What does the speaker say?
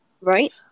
right